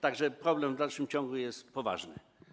Tak że problem w dalszym ciągu jest poważny.